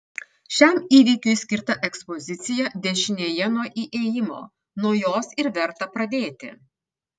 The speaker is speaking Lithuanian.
šiam įvykiui skirta ekspozicija dešinėje nuo įėjimo nuo jos ir verta pradėti